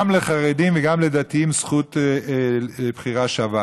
לחרדים וגם לדתיים זכות לבחירה שווה.